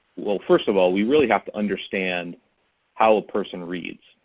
well first of all we really have to understand how a person reads,